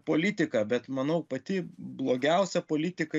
politiką bet manau pati blogiausia politika